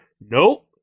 nope